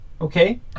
okay